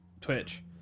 Twitch